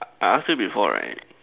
I I ask you before right